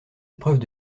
épreuves